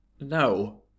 No